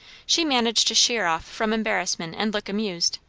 she managed to sheer off from embarrassment and look amused.